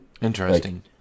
Interesting